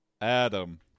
Adam